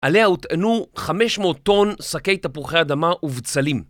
עליה הותאנו 500 טון שקי תפוחי אדמה ובצלים.